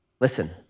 Listen